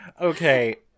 Okay